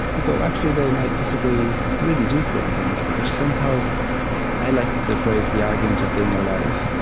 you go, actually, they might disagree really deeply on things, but they're somehow i like the phrase the argument of being alive.